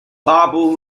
babur